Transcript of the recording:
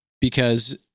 because-